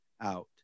out